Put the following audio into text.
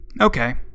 okay